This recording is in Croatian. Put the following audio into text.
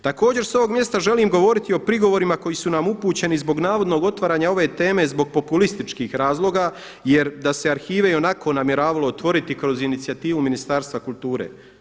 Također sa ovog mjesta želim govoriti o prigovorima koji su nam upućeni zbog navodnog otvaranja ove teme zbog populističkih razloga jer da se arhive ionako namjeravalo otvoriti kroz inicijativu Ministarstva kulture.